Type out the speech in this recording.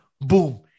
Boom